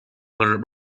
her